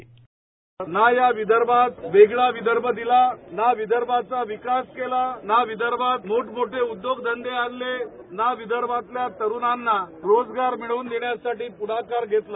sound bite ना या विदर्भास वेगळा विदर्भ दिला ना विदर्भाचा विकास केला ना विदर्भात मोठमोठे उद्योगधंदे आणले ना विदर्भातील तरूणांना रोजगार मिळवून देण्यासाठी प्रदाकार घेतला